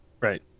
Right